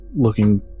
looking